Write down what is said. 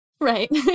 Right